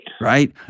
Right